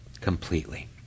completely